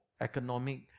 economic